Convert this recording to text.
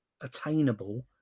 attainable